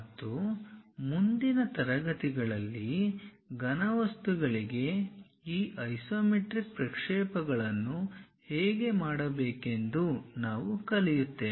ಮತ್ತು ಮುಂದಿನ ತರಗತಿಯಲ್ಲಿ ಘನ ವಸ್ತುಗಳಿಗೆ ಈ ಐಸೊಮೆಟ್ರಿಕ್ ಪ್ರಕ್ಷೇಪಗಳನ್ನು ಹೇಗೆ ಮಾಡಬೇಕೆಂದು ನಾವು ಕಲಿಯುತ್ತೇವೆ